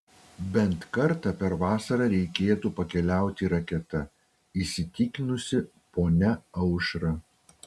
bent kartą per vasarą reikėtų pakeliauti raketa įsitikinusi ponia aušra